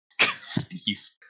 Steve